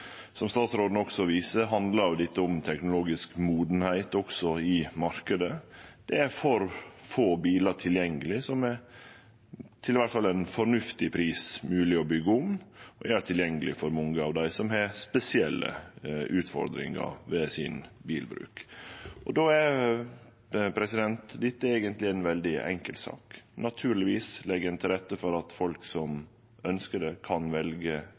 Som statsråden også viser til, handlar dette også om teknologisk mognad i marknaden – det er for få bilar tilgjengelege til, i alle fall til ein fornuftig pris, å byggje og gjere tilgjengeleg for mange av dei som har spesielle utfordringar med bilbruken sin. Då er dette eigentleg ei veldig enkel sak. Naturlegvis legg ein til rette for at folk som ønskjer det, kan velje